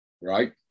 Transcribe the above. right